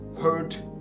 hurt